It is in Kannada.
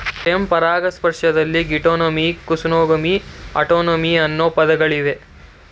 ಸ್ವಯಂ ಪರಾಗಸ್ಪರ್ಶದಲ್ಲಿ ಗೀಟೋನೂಗಮಿ, ಕ್ಸೇನೋಗಮಿ, ಆಟೋಗಮಿ ಅನ್ನೂ ವಿಧಗಳಿವೆ